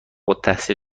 التحصیل